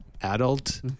adult